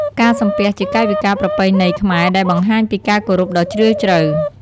ការសំពះជាកាយវិការប្រពៃណីខ្មែរដែលបង្ហាញពីការគោរពដ៏ជ្រាលជ្រៅ។